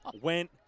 went